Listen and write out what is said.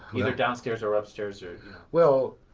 either downstairs or upstairs or well,